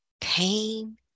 pain